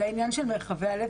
לעניין הזה של מרחבי הלב,